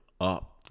Up